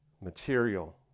material